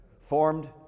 formed